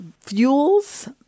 fuels